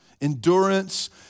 Endurance